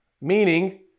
meaning